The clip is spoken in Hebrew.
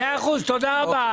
מאה אחוז, תודה רבה.